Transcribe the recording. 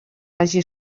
hagi